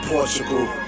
Portugal